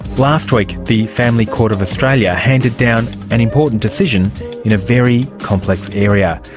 last week the family court of australia handed down an important decision in a very complex area.